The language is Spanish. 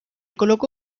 colocó